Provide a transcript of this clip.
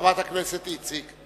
חברת הכנסת איציק.